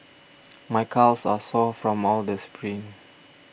my calves are sore from all the sprints